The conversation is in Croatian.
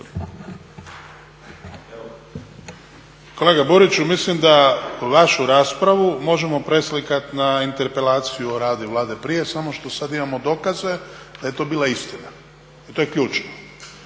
Kolega Buriću, mislim da vašu raspravu možemo preslikati na interpelaciju o radu Vlade prije, samo što sada imamo dokaze da je to bila istina i to je ključno.